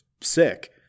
sick